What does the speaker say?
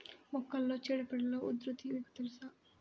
మొక్కలలో చీడపీడల ఉధృతి మీకు తెలుసా?